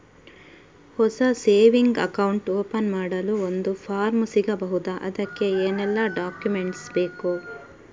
ಹೊಸ saving account open ಮಾಡಲು ಒಂದು ಫಾರ್ಮ್ ಸಿಗಬಹುದು? ಅದಕ್ಕೆ ಏನೆಲ್ಲಾ ಡಾಕ್ಯುಮೆಂಟ್ಸ್ ಬೇಕು?